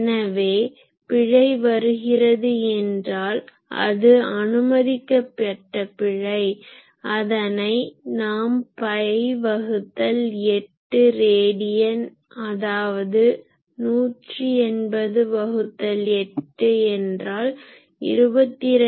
எனவே பிழை வருகிறது என்றால் அது அனுமதிக்கப்பட்ட பிழை அதனை நாம் பை வகுத்தல் 8 ரேடியன் அதாவது 180 வகுத்தல் 8 என்றால் 22